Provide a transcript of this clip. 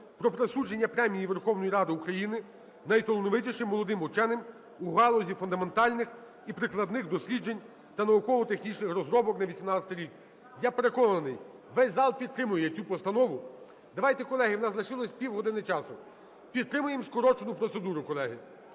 про присудження Премії Верховної Ради України найталановитішим молодим ученим у галузі фундаментальних і прикладних досліджень та науково-технічних розробок за 2018 рік. Я переконаний, весь зал підтримує цю постанову. Давайте, колеги, в нас лишилось півгодини часу, підтримаємо скорочену процедуру, колеги.